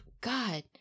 God